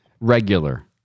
Regular